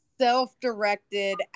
self-directed